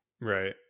Right